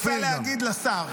להגיד לשר,